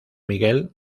miguel